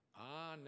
Ah